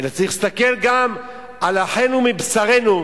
אלא צריך להסתכל גם על אחינו מבשרנו,